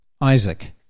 Isaac